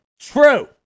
true